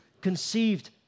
conceived